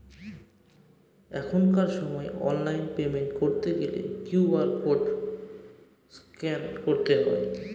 এখনকার সময় online payment করতে গেলে কিউ.আর কোড স্ক্যান করতে হয়